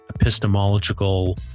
epistemological